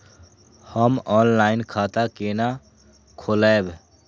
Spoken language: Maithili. हम ऑनलाइन खाता केना खोलैब?